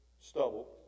stubble